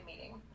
meeting